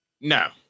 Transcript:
No